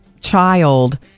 child